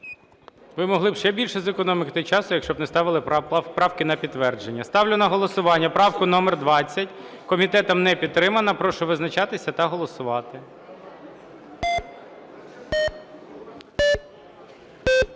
Ви могли б ще більше зекономити часу, якщо б не ставили правки на підтвердження. Ставлю на голосування правку номер 20. Комітетом не підтримана. Прошу визначатися та голосувати.